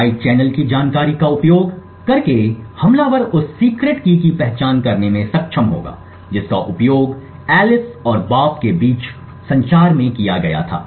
side channel की जानकारी का उपयोग करके हमलावर उस गुप्त कुंजी की पहचान करने में सक्षम होगा जिसका उपयोग एलिस और बॉब के बीच संचार में किया गया था